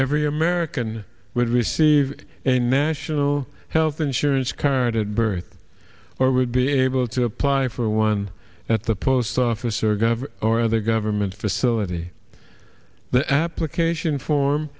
every american would receive a national health insurance card at birth or would be able to apply for one at the post office or gov or other government facility the application form